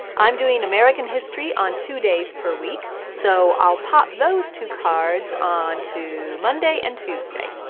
i'm doing american history on two days per week, so i'll pop those two cards onto monday and tuesday.